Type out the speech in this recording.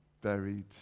Buried